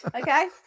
Okay